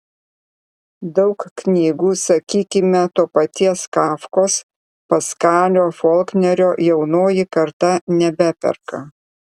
daug knygų sakykime to paties kafkos paskalio folknerio jaunoji karta nebeperka